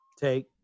Take